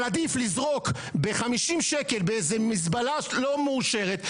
אבל עדיף לזרוק ב-50 שקל באיזו מזבלה לא מאושרת,